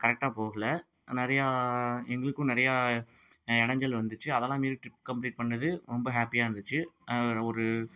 கரெக்டாக போகலை நிறையா எங்களுக்கும் நிறையா இடஞ்சல் வந்துச்சு அதெல்லாம் மீறி ட்ரிப் கம்ப்ளீட் பண்ணிணது ரொம்ப ஹாப்பியாக இருந்துச்சு அதில் ஒரு